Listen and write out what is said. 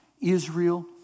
Israel